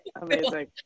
Amazing